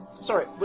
Sorry